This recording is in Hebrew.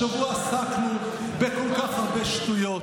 השבוע עסקנו בכל כך הרבה שטויות,